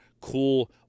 Cool